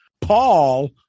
Paul